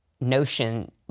notion